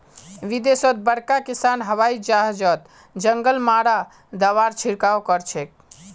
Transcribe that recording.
विदेशत बड़का किसान हवाई जहाजओत जंगल मारा दाबार छिड़काव करछेक